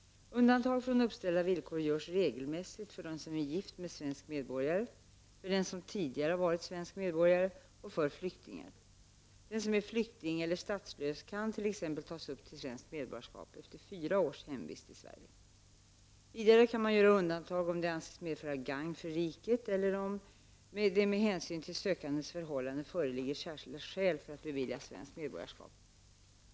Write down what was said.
Undantag från uppställda villkor görs regelmässigt för den som är gift med svensk medborgare, för den som tidigare har varit svensk medborgare och för flyktingar. Den som är flykting eller statslös kan t.ex. tas upp till svensk medborgare efter fyra års hemvist i Sverige. Vidare kan man göra undantag om det anses medföra gagn för riket eller om det med hänsyn till sökandens förhållanden föreligger särskilda skäl för att bevilja svenskt medborgarskap.